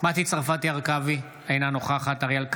מטי צרפתי הרכבי, אינה נוכחת אריאל קלנר,